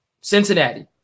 Cincinnati